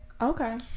Okay